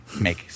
make